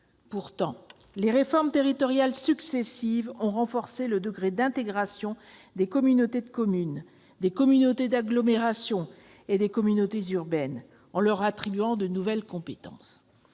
Pourtant, les réformes territoriales successives ont renforcé le degré d'intégration des communautés de communes, des communautés d'agglomération et des communautés urbaines, en leur octroyant de nouvelles compétences.